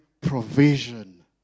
provision